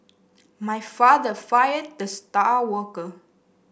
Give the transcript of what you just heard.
my father fired the star worker